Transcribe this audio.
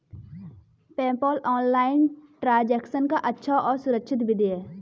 PayPal online transaction का अच्छा और सुरक्षित विधि है